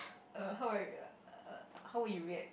err how would you~ how would you react